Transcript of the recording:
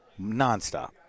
nonstop